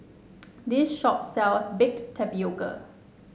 this shop sells Baked Tapioca